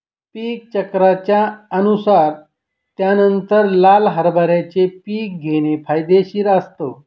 पीक चक्राच्या अनुसार त्यानंतर लाल हरभऱ्याचे पीक घेणे फायदेशीर असतं